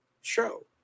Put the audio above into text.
show